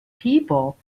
people